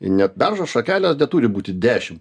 net beržo šakelė neturi būti dešimt